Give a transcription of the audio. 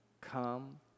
Come